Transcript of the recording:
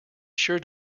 sure